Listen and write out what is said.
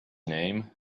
name